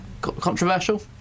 controversial